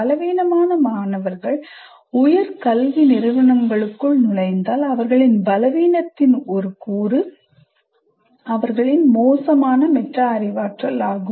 பலவீனமான மாணவர்கள் உயர்கல்வி நிறுவனங்களுக்குள் நுழைந்தால் அவர்களின் பலவீனத்தின் ஒரு கூறு அவர்களின் மோசமான மெட்டா அறிவாற்றல் ஆகும்